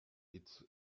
its